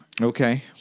Okay